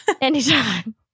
Anytime